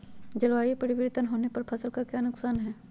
जलवायु परिवर्तन होने पर फसल का क्या नुकसान है?